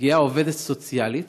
מגיעה עובדת סוציאלית